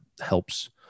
helps